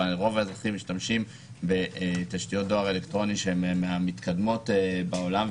אבל רוב האזרחים משתמשים בתשתיות דואר אלקטרוני שהן מהמתקדמות בעולם,